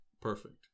perfect